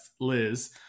Liz